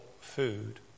food